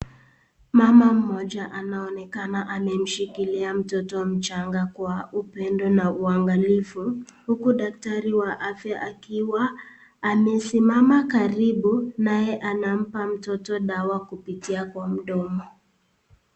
Mama mmoja anaonekana amemshikilia mtoto mchanga kwa upendo na uangalifu, huku daktari wa afya akiwa amesimama karibu naye anampa mtoto dawa kupitia kwa mdomo.